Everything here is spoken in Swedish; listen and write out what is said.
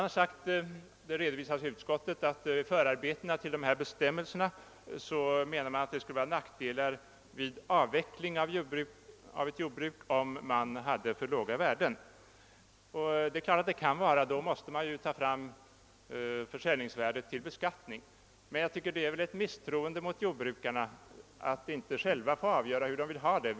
I förarbetena till nuvarande bestämmelser har framhållits att det skulle innebära nackdelar vid avveckling av ett jordbruk om värdena vore för låga, och det är klart att det kan förhålla sig så. Då måste man ju ta fram försäljningsvärdet till beskattning, men jag tycker att det är att misstro jordbrukarna att inte låta dem själva avgöra hur de vill ha det.